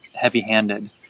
heavy-handed